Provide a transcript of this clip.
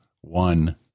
one